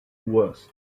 worse